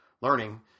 learning